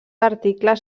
articles